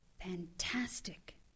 Fantastic